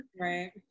Right